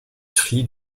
tri